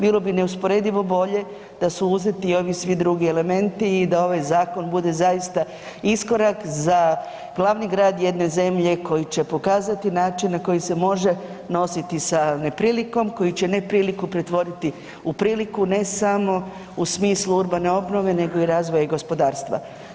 Bilo bi neusporedivo bolje da su uzeti svi ovi drugi elementi i da ovaj zakon bude zaista iskorak za glavni grad jedne zemlje koji će pokazati način na koji se može nositi sa neprilikom, koji će nepriliku pretvoriti u priliku, ne samo u smislu urbane obnove nego i razvoja i gospodarstva.